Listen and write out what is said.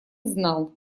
знал